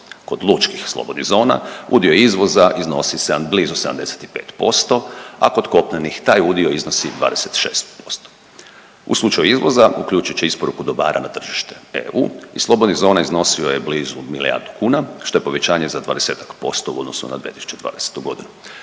Kod lučkih slobodnih zona udio izvoza iznosi blizu 75%, a kod kopnenih taj udio iznosi 26%. U slučaju izvoza, uključujući isporuku dobara na tržište EU i slobodnih zona iznosio je blizu milijardu kuna, što je povećanje za 20-ak posto u odnosu 2020. g.